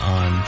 on